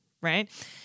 right